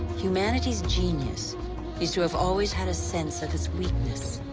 humanity's genius is to have always had a sense of its weakness.